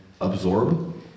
absorb